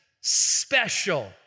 special